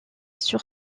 sur